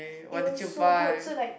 it was so good so like